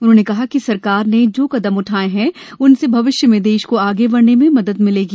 उन्होंने कहा कि सरकार ने जो कदम उठाये हैं उनसे भविष्य में देश को आगे बढ़ने में मदद मिलेगी